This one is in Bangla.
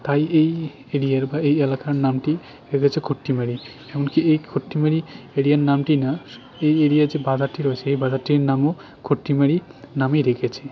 তাই এই এরিয়ার বা এই এলাকার নামটি হয়ে গেছে খট্টিমারি এমনকি এই খট্টিমারি এরিয়ার নামটি না এই এরিয়ার যে বাজারটি রয়েছে সেই বাজারটির নামও খট্টিমারি নামেই রেখেছে